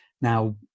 Now